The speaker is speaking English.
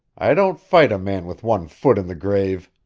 i don't fight a man with one foot in the grave.